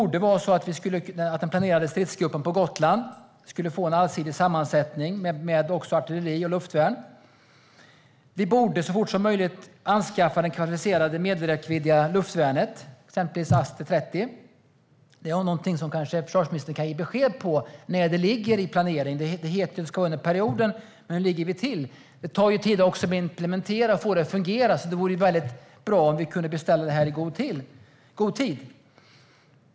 Den planerade stridsgruppen på Gotland borde kunna få en allsidig sammansättning med artilleri och luftvärn. Vi borde så fort som möjligt anskaffa ett kvalificerat medelräckviddigt luftvärn, exempelvis Aster-30. Försvarsministern kanske kan ge besked om när det ligger i planeringen. Hur ligger vi till? Det tar ju tid att implementera det och få det att fungera, så det vore väldigt bra om vi kunde beställa det i god tid.